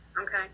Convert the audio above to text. Okay